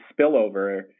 spillover